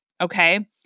okay